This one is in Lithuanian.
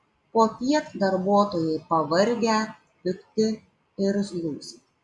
popiet darbuotojai pavargę pikti irzlūs